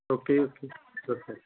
okay okay okay